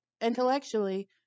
intellectually